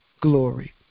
glory